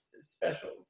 specials